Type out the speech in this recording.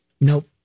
Nope